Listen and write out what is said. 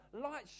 light